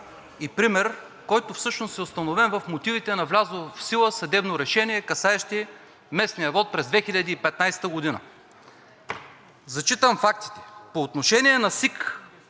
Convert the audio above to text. Пример, който всъщност е установен в мотивите на влязло в сила съдебно решение, касаещо местния вот през 2015 г. Зачитам фактите: „По отношение на СИК